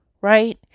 right